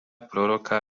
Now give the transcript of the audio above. proroka